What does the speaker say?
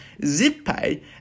ZipPay